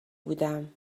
بودم